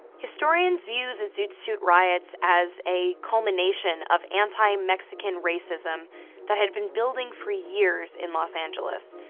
historians view the zoot suit riots as a culmination of anti-mexican racism that had been building for years in los angeles,